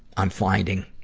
on finding